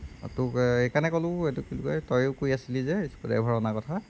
তোক এইকাৰণে ক'লোঁ এইটো কি বুলি কয় তয়ো কৈ আছিলি যে স্ক্ৰুড্ৰাইভাৰ অনাৰ কথা